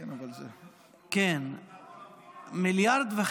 כן, אבל זה, לא נתנו לך כלום.